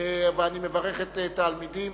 אני מברך את התלמידים